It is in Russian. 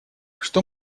что